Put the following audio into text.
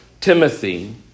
Timothy